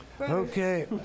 Okay